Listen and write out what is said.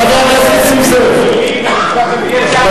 חבר הכנסת נסים זאב, מספיק.